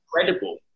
incredible